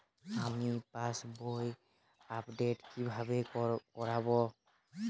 আমি পাসবই আপডেট কিভাবে করাব?